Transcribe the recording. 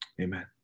Amen